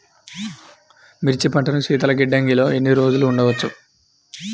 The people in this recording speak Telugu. మిర్చి పంటను శీతల గిడ్డంగిలో ఎన్ని రోజులు ఉంచవచ్చు?